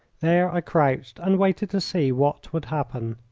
there i crouched and waited to see what would happen.